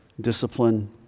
Discipline